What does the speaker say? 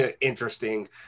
interesting